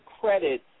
credit